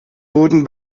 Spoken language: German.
wurden